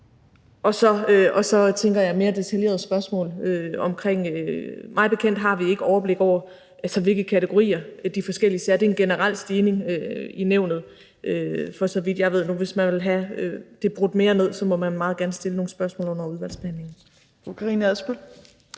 Og så tænker jeg at tage mere detaljerede spørgsmål under udvalgsbehandlingen. Mig bekendt har vi ikke overblik over, hvilke kategorier de forskellige er sat i. Det er en generel stigning i nævnet, så vidt jeg ved nu. Hvis man vil have det brudt mere ned, må man meget gerne stille nogle spørgsmål under udvalgsbehandlingen.